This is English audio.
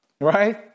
Right